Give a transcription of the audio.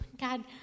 God